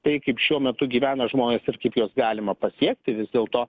tai kaip šiuo metu gyvena žmonės ir kaip juos galima pasiekti vis dėlto